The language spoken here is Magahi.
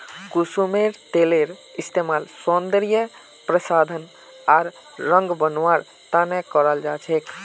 कुसुमेर तेलेर इस्तमाल सौंदर्य प्रसाधन आर रंग बनव्वार त न कराल जा छेक